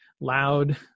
loud